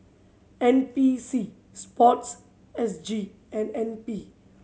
N P C Sport S G and N P